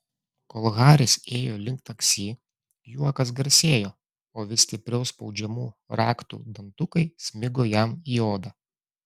kol haris ėjo link taksi juokas garsėjo o vis stipriau spaudžiamų raktų dantukai smigo jam į odą